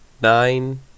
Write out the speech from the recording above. Nine